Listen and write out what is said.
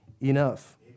enough